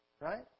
right